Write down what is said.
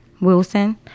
Wilson